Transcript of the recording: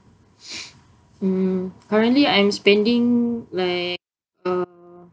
um currently I'm spending like uh